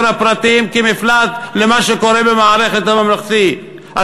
הפרטיים כמפלט ממה שקורה במערכת הממלכתית?